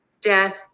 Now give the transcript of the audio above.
death